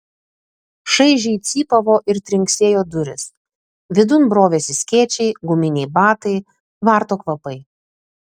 šaižiai cypavo ir trinksėjo durys vidun brovėsi skėčiai guminiai batai tvarto kvapai